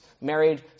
married